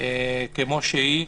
כמו שהיא,